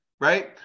right